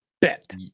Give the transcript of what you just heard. bet